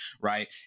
right